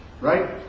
right